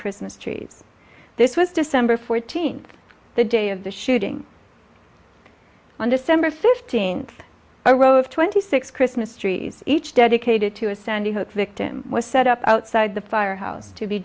christmas trees this was december fourteenth the day of the shooting on december fifteenth a row of twenty six christmas trees each dedicated to a sandy hook victim was set up outside the firehouse to be